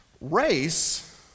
Race